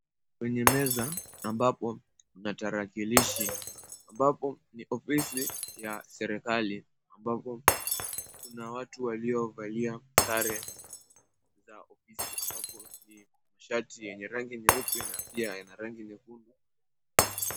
Kwenye meza ambapo kuna tarakilishi ambapo ni ofisi ya serikali ambapo kuna watu waliovalia sare za ofisi ambapo ni shati yenye rangi nyeupe na pia yana rangi nyekundu.